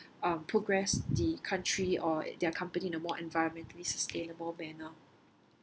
uh progress the country or their company in a more environmentally sustainable manner